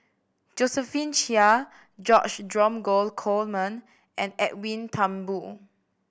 Josephine Chia George Dromgold Coleman and Edwin Thumboo